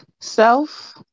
self